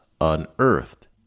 unearthed